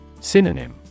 Synonym